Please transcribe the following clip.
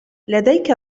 لديك